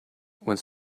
when